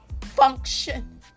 function